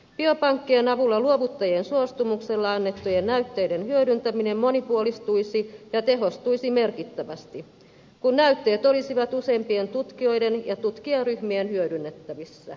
biopankkien avulla luovuttajien suostumuksella annettujen näytteiden hyödyntäminen monipuolistuisi ja tehostuisi merkittävästi kun näytteet olisivat useampien tutkijoiden ja tutkijaryhmien hyödynnettävissä